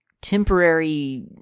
temporary